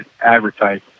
advertise